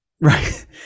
Right